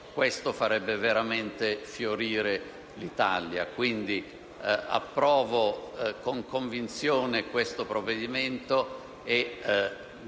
questo farebbe veramente fiorire l'Italia. Quindi approvo con convinzione questo provvedimento e